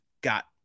got